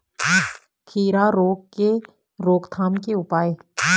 खीरा रोग के रोकथाम के उपाय?